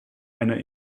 einer